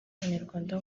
abanyarwanda